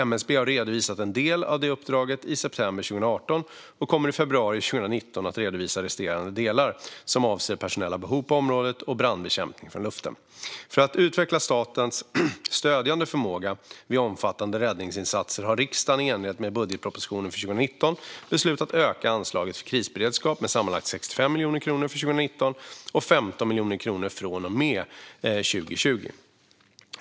MSB redovisade en del av det uppdraget i september 2018 och kommer i februari 2019 att redovisa resterande delar, som avser personella behov på området och brandbekämpning från luften. För att utveckla statens stödjande förmåga vid omfattande räddningsinsatser har riksdagen i enlighet med budgetpropositionen för 2019 beslutat att öka anslaget för krisberedskap med sammanlagt 65 miljoner kronor för 2019 och med 15 miljoner kronor från och med 2020.